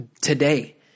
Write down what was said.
today